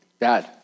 Dad